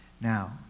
Now